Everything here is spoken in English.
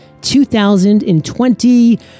2020